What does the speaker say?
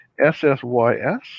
SSYS